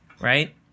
right